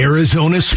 Arizona